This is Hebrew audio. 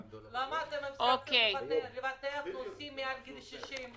לצורך העניין חמתי שטסה למדינה